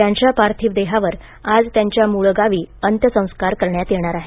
त्यांच्या पार्थिवावर आज त्यांच्या मूळगावी अंत्यसंस्कार करण्यात येणार आहे